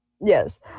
Yes